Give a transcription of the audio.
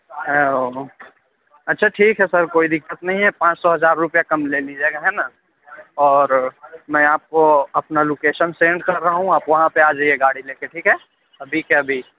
اچھا ٹھیک ہے سر کوئی دقت نہیں ہے پانچ سو ہزار روپیہ کم لے لیجیے گا ہے نا اور میں آپ کو اپنا لوکیشن سینڈ کر رہا ہوں آپ وہاں پہ آ جائیے گاڑی لے کے ٹھیک ہے ابھی کے ابھی